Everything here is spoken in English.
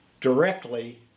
directly